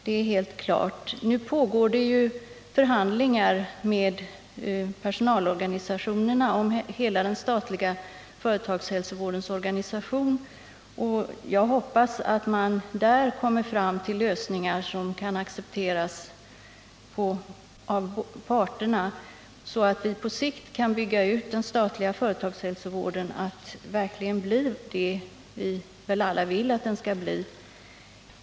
Det pågår f. n. förhandlingar med personalorganisationerna om hela den statliga företagshälsovårdens organisation, och jag hoppas att man därvid kommer fram till lösningar som kan accepteras av parterna, så att vi på sikt kan bygga ut den statliga företagshälsovården till att verkligen bli det som vi väl alla vill att den skall vara.